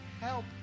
help